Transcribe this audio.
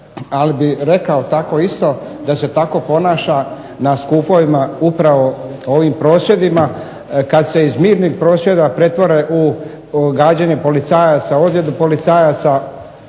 ali bih rekao tako isto da se tako ponaša na skupovima upravo ovim prosvjedima kada se iz mirnih prosvjeda pretvore u gađanje policajaca, ozljedu policajca,